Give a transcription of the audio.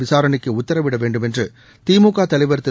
விசாரணைக்கு உத்தரவிடவேண்டும் என்று திமுக தலைவர் திரு